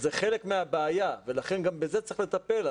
וזה חלק מהבעיה, ולכן גם בזה צריך לטפל.